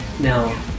Now